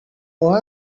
all